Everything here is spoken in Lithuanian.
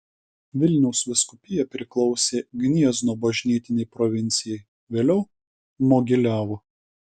vilniaus vyskupija priklausė gniezno bažnytinei provincijai vėliau mogiliavo